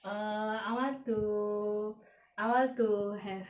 err I want to I want to have